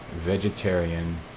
vegetarian